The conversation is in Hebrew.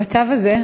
במצב הזה,